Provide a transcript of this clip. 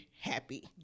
happy